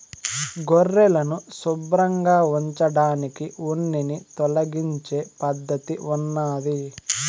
గొర్రెలను శుభ్రంగా ఉంచడానికి ఉన్నిని తొలగించే పద్ధతి ఉన్నాది